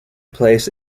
place